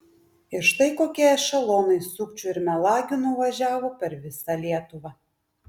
ir štai kokie ešelonai sukčių ir melagių nuvažiavo per visą lietuvą